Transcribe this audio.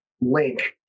link